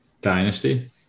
Dynasty